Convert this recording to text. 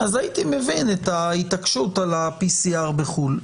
הייתי מבין את ההתעקשות על PCR בחו"ל.